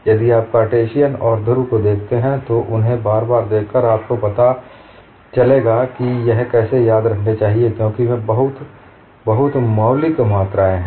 यदि आप कार्टेशियन और ध्रुवीय को देखते हैं तो उन्हें बार बार देखकर आपको पता चलेगा कि यह कैसे याद रखना चाहिए क्योंकि वे बहुत बहुत मौलिक मात्राएं हैं